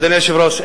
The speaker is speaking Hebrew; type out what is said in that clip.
אדוני היושב-ראש,